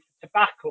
tobacco